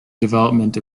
development